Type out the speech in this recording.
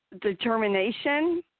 determination